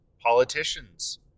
politicians